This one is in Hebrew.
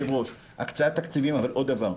הקצאת תקציבים, אבל עוד דבר.